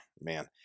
man